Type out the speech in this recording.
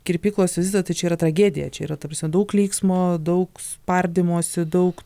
kirpyklos vizitai tai čia yra tragedija čia yra ta prasme daug klyksmo daug spardymosi daug